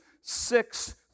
six